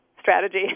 strategy